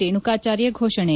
ರೇಣುಕಾಚಾರ್ಯ ಘೋಷಣೆ